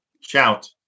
Shout